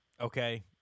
Okay